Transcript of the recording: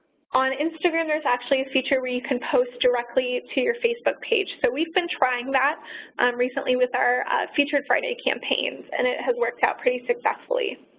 on instagram, there's actually a feature where you can post directly to your facebook page. so, we've been trying that recently with our featured friday campaigns, and it has worked out pretty successfully.